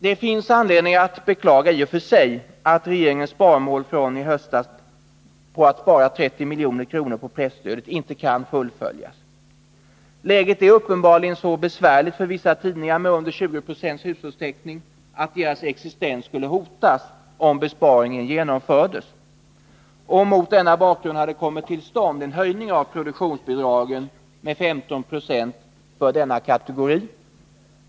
Det finns i och för sig anledning att beklaga att regeringens sparmål från i höstas — att spara 30 miljoner på presstöd — inte kan fullföljas. Läget är uppenbarligen så besvärligt för vissa tidningar med under 20 90 hushållstäckning att deras existens skulle hotas om besparingen genomfördes. Mot denna bakgrund har det kommit till stånd en höjning av produktionsbidragen med 15 96 för denna kategori.